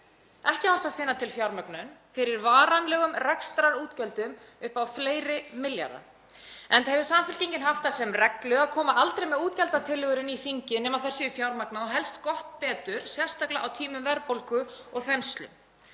ekki án þess að finna til fjármögnun fyrir varanlegum rekstrarútgjöldum upp á fleiri milljarða, enda hefur Samfylkingin haft það sem reglu að koma aldrei með útgjaldatillögur inn í þingið nema þær séu fjármagnaðar og helst gott betur, sérstaklega á tímum verðbólgu og þenslu.